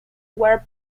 were